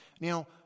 Now